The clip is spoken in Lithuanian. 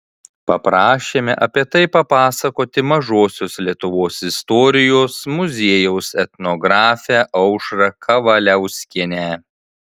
paprašėme apie tai papasakoti mažosios lietuvos istorijos muziejaus etnografę aušrą kavaliauskienę